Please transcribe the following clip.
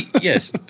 Yes